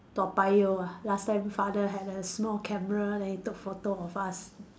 Toa-Payoh ah last time father had a small camera then he took photo of us